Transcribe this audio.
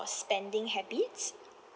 spending habits